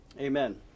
Amen